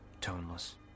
toneless